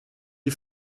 est